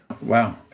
Wow